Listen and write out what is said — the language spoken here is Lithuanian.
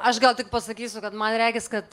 aš gal tik pasakysiu kad man regis kad